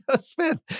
Smith